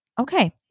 okay